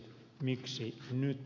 miksi nyt